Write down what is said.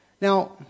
Now